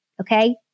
Okay